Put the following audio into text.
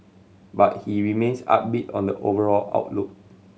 but he remains upbeat on the overall outlook